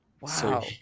wow